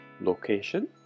location